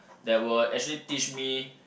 that will actually teach me